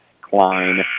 Klein